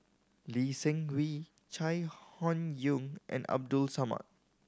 Lee Seng Wee Chai Hon Yoong and Abdul Samad